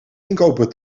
inkopen